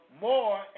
more